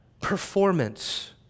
performance